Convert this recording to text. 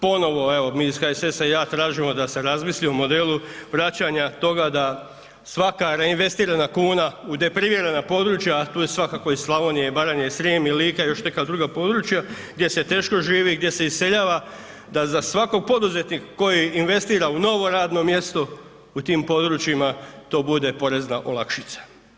Ponovo evo mi iz HSS-a i ja tražimo da se razmisli o modelu vraćanja toga da svaka reinvestirana kuna u deprivirana područja, a tu je svakako i Slavonija i Baranja i Srijem i Lika i neka druga područja gdje se teško živi, gdje se iseljava da za svakog poduzetnika koji investira u novo radno mjesto u tim područjima to bude porezna olakšica.